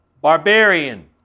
barbarian